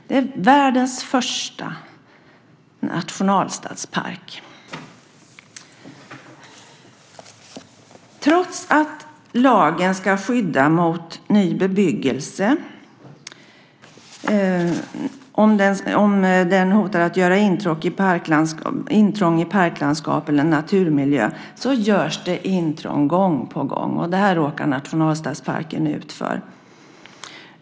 Det är världens första nationalstadspark. Trots att lagen ska skydda mot ny bebyggelse om denna hotar att göra intrång i parklandskap eller naturmiljö görs intrång gång på gång. Detta råkar nationalstadsparken ut för.